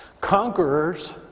Conquerors